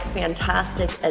fantastic